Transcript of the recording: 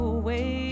away